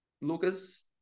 lucas